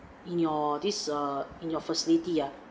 in your this uh in your facility ah